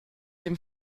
dem